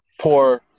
poor